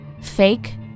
Fake